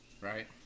right